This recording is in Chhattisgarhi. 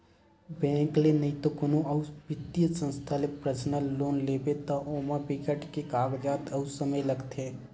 बेंक ले नइते कोनो अउ बित्तीय संस्था ले पर्सनल लोन लेबे त ओमा बिकट के कागजात अउ समे लागथे